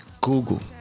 Google